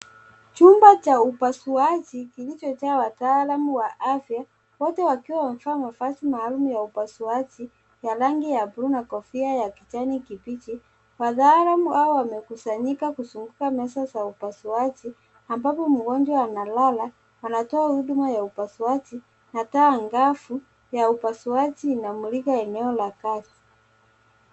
Chumba cha upasuaji kilichojaa wataalamu wa afya, wote wakiwa wamevaa mavazi maalum ya upasuaji, ya rangi ya blue na kofia ya kijani kibichi. Wataalam hao wamekusanyika kuzunguka meza za upasuaji, ambapo mgonjwa analala, anatoa huduma ya upasuaji, na taa angavu ya upasuaji inamulika eneo la kazi.